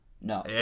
No